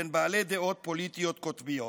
בין בעלי דעות פוליטיות קוטביות.